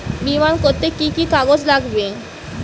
বিমা করতে কি কি কাগজ লাগবে?